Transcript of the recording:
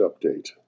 Update